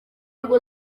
ubwo